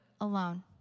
alone